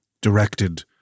directed